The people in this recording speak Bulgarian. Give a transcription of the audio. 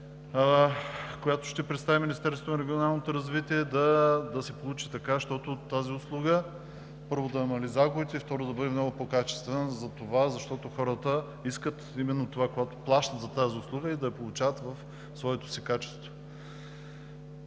която ще представи Министерството на регионалното развитие и благоустройството, да се получи така, щото тази услуга, първо, да намали загубите, и второ, да бъде много по-качествена, защото хората искат именно това – когато плащат за тази услуга и да я получават в своето си качество.